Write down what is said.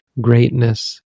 greatness